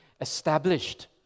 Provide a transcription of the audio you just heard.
established